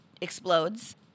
explodes